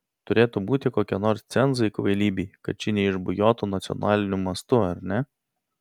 turėtų būti kokie nors cenzai kvailybei kad ši neišbujotų nacionaliniu mastu ar ne